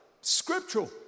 Scriptural